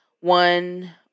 one